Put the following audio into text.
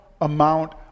amount